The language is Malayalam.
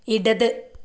ഇടത്